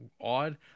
odd